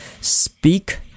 Speak